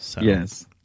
Yes